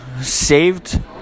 saved